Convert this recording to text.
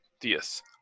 Yes